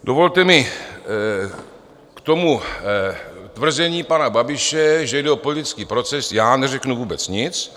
Dovolte mi, k tomu tvrzení pana Babiše, že jde o politický proces, neřeknu vůbec nic.